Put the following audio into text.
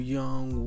young